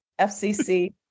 FCC